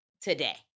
today